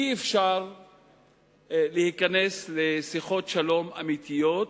אי-אפשר להיכנס לשיחות שלום אמיתיות,